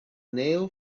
nail